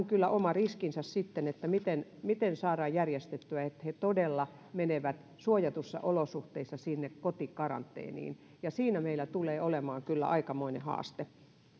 on kyllä oma riskinsä sitten miten miten saadaan järjestettyä niin että he todella menevät suojatuissa olosuhteissa kotikaranteeniin ja siinä meillä tulee olemaan kyllä aikamoinen haaste